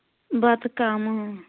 بَتہٕ کَم اۭں